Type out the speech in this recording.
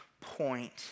point